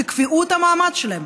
תקבעו את המעמד שלהם.